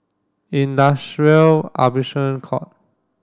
Industrial Arbitration Court